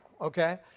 okay